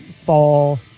fall